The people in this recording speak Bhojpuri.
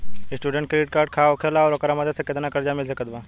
स्टूडेंट क्रेडिट कार्ड का होखेला और ओकरा मदद से केतना कर्जा मिल सकत बा?